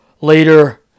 later